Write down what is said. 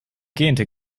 gähnte